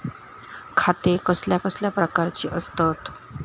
खाते कसल्या कसल्या प्रकारची असतत?